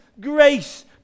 grace